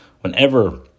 whenever